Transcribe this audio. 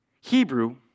Hebrew